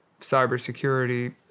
cybersecurity